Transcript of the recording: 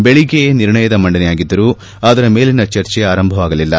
ಬೆಳಗ್ಗೆಯೇ ನಿರ್ಣಯದ ಮಂಡನೆಯಾಗಿದ್ದರೂ ಅದರ ಮೇಲಿನ ಚರ್ಚೆ ಆರಂಭವಾಗಲಿಲ್ಲ